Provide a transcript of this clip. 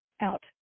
out